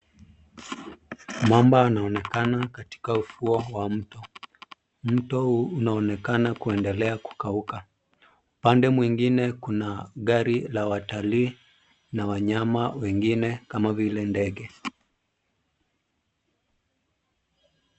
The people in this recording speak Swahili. Mamba anaonekana katika ufuo wa mto. Mto huu unaonekana kuendelea kukauka. Upande mwingine kuna gari la watalii na wanyama wengine kama vile ndege.